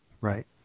Right